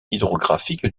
hydrographique